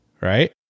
right